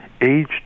Aged